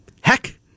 Heck